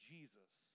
Jesus